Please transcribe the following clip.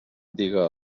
diga